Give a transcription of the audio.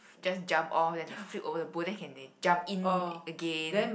just jump off then they flip over the boat then can they jump in again